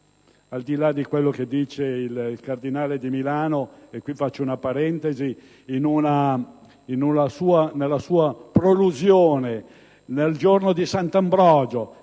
al di là di quello che dice il cardinale di Milano (e al riguardo apro una parentesi), che nella sua prolusione nel giorno di sant'Ambrogio